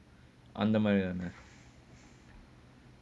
undermine